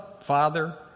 Father